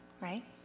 right